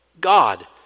God